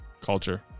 culture